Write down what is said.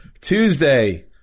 Tuesday